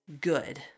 good